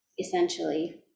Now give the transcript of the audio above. essentially